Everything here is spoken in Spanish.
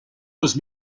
los